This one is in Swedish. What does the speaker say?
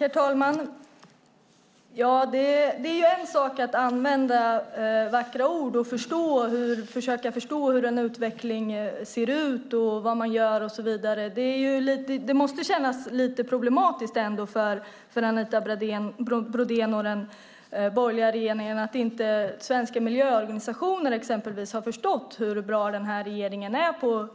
Herr talman! Det är en sak att använda vackra ord och försöka förstå hur en utveckling ser ut, vad man gör och så vidare. Det måste ändå kännas lite problematiskt för Anita Brodén och den borgerliga regeringen att exempelvis svenska miljöorganisationer inte har förstått hur bra denna regering är på